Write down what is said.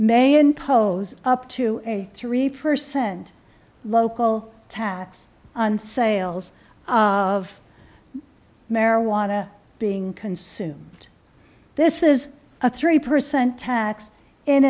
may impose up to three percent local tax on sales of marijuana being consumed this is a three percent tax in